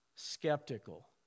skeptical